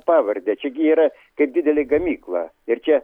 pavardę čiagi yra kaip didelė gamykla ir čia